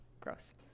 gross